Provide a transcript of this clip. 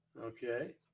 Okay